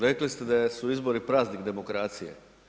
Rekli ste da su izbori praznik demokracije.